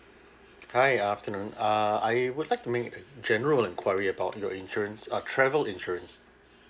hi afternoon uh I would like to make a general enquiry about your insurance uh travel insurance